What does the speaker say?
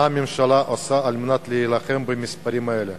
מה הממשלה עושה על מנת להילחם במספרים האלה?